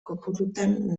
kopurutan